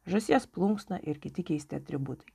žąsies plunksna ir kiti keisti atributai